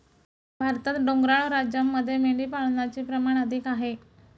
भारतात डोंगराळ राज्यांमध्ये मेंढीपालनाचे प्रमाण अधिक आहे